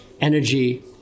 Energy